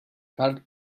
karl